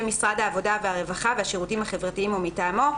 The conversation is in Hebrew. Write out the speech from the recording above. משרד העבודה הרווחה והשירותים החברתיים או מטעמו.".